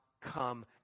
come